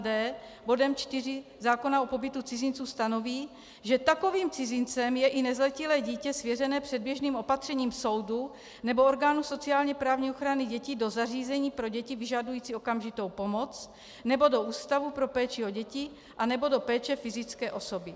d) bodem 4 zákona o pobytu cizinců stanoví, že takovým cizincem je i nezletilé dítě svěřené předběžným opatřením soudu nebo orgánu sociálněprávní ochrany dětí do zařízení pro děti vyžadující okamžitou pomoc nebo do ústavu pro péči o děti anebo do péče fyzické osoby.